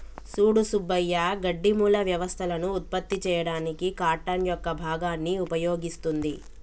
సూడు సుబ్బయ్య గడ్డి మూల వ్యవస్థలను ఉత్పత్తి చేయడానికి కార్టన్ యొక్క భాగాన్ని ఉపయోగిస్తుంది